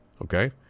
okay